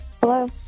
Hello